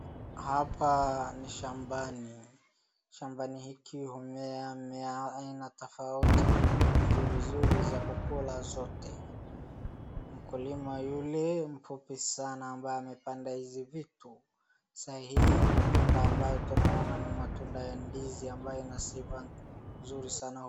Hapa ni shambani, shambani hiki humea mimea aina tofauti nzuri nzuri za kukula zote. Mkulima yule mfupi sana ambaye amepanda hizi vitu sahii matunda ambayo tunaona ni matunda ya ndizi ambayo ina sifa mzuri sana.